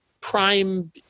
prime –